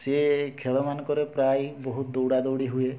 ସିଏ ଖେଳମାନଙ୍କରେ ପ୍ରାୟ ବହୁତ ଦୌଡ଼ା ଦୌଡ଼ି ହୁଏ